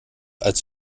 als